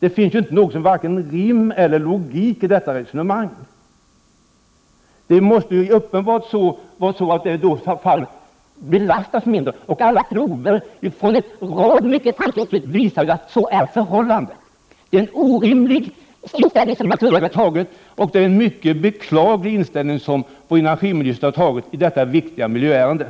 Ett sådant resonemang saknar såväl rim och reson som logik. Uppenbarligen blir ju belastningen mindre. Alla prover som gjorts av en rad mycket framstående institut visar att så är fallet. Naturvårdsverkets inställning är alltså orimlig, och energiministerns inställning i detta viktiga miljöärende är också mycket beklaglig.